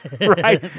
right